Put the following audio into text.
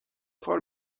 کار